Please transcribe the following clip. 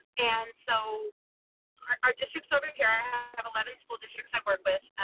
and so our our districts over here. i have eleven school districts i've worked with.